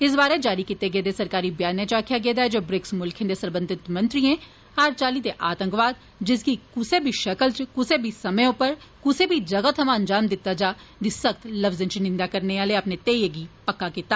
इस बारे जारी कीते गेदे सरकारी ब्याने च आक्खेआ गेदा ऐ जे ब्रिक्स मुल्खें दे सरबंधत मंत्रिए हर चाल्ली दे आतंकवाद जिसगी कुसै बी शक्ल च कुसै बी समें उप्पर कुसै बी जगह थमां अंजाम दित्ता जा दी सख्त लफजें इच निंदेआ करने आलें अपने घेइयै गी पक्का कीता